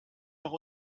noch